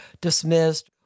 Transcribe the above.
dismissed